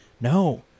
no